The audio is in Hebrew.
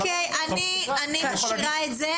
אני משאירה את זה.